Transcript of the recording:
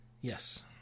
yes